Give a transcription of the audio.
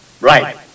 Right